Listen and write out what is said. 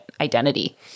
identity